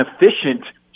efficient